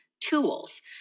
tools